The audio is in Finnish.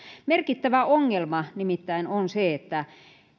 merkittävä ongelma nimittäin on se että